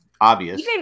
obvious